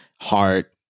heart